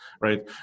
right